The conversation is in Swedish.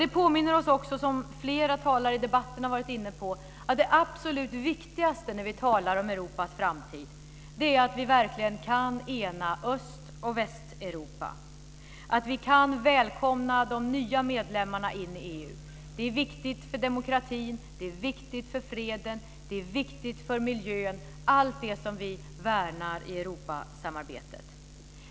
Det påminner oss också, som flera talare i debatten har varit inne på, om att det absolut viktigaste när vi talar om Europas framtid är att vi verkligen kan ena Öst och Västeuropa - att vi kan välkomna de nya medlemmarna in i EU. Det är viktigt för demokratin. Det är viktigt för freden. Det är viktigt för miljön. Det är viktigt för allt det som vi värnar i Europasamarbetet.